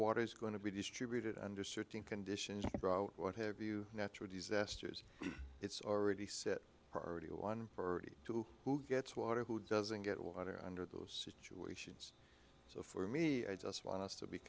water is going to be distributed under certain conditions what have you natural disasters it's already set priority one or two who gets water who doesn't get water under those situations so for me i just want us to be